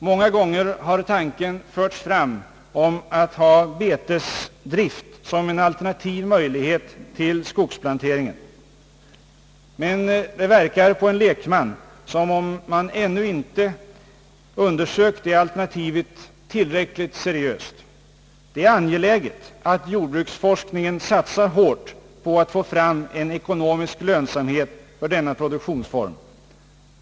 Många gånger har tanken förts fram att ha betesdrift som en alternativ möjlighet till skogsplanteringen, men det ver kar på en lekman som om man ännu inte undersökt det alternativet tillräckligt seriöst. Det är angeläget att jordbruksforskningen satsar hårt på att få fram en ekonomisk lönsamhet för denna produktionsform.